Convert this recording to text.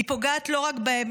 היא פוגעת לא רק בהם,